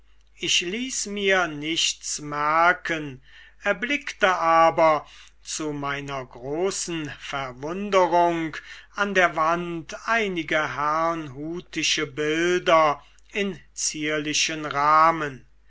ich ließ mir nichts merken erblickte aber zu meiner großen verwunderung an der wand einige herrnhutische bilder in zierlichen rahmen